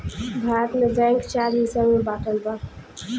भारत में बैंक चार हिस्सा में बाटल बा